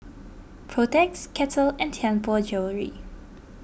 Protex Kettle and Tianpo Jewellery